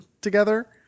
together